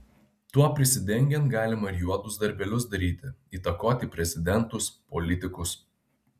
tuo prisidengiant galima ir juodus darbelius daryti įtakoti prezidentus politikus